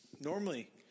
Normally